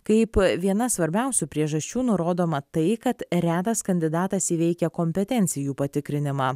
kaip viena svarbiausių priežasčių nurodoma tai kad retas kandidatas įveikia kompetencijų patikrinimą